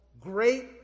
Great